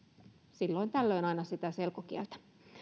silloin tällöin sitä selkokieltä